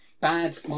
bad